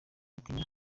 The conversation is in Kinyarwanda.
atinya